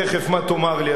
תיכף מה תאמר לי,